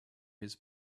his